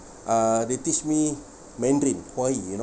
uh they teach mandarin 华语 you know